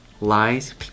lies